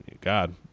god